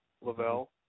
Lavelle